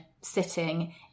sitting